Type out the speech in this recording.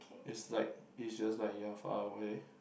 it's like it's just like you are far away